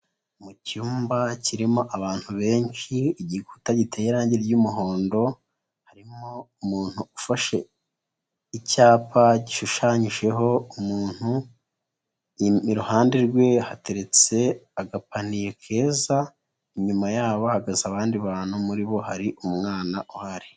Mu cyumba kirimo abantu benshi igikuta giteye irangi ry'umuhondo harimo umuntu ufashe icyapa gishushanyijeho umuntu, iruhande rwe hateretse agapaniye keza, inyuma yabo hahagaze abandi bantu muri bo hari umwana uhari.